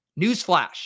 Newsflash